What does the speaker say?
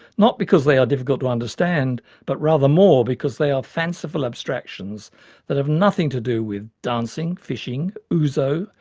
not because they are difficult to understand but rather more because they are fanciful abstractions that have nothing to do with dancing, fishing, ouzo,